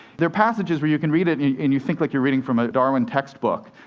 there are passages where you can read it, and you think like you're reading from a darwin textbook,